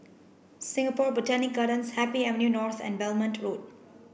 Singapore Botanic Gardens Happy Avenue North and Belmont Road